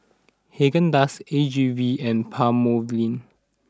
Haagen Dazs A G V and Palmolive